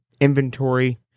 inventory